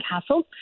castle